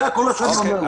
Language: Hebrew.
זה כל מה שאני אומר.